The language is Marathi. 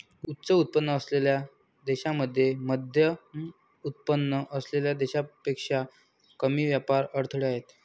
उच्च उत्पन्न असलेल्या देशांमध्ये मध्यमउत्पन्न असलेल्या देशांपेक्षा कमी व्यापार अडथळे आहेत